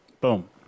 Boom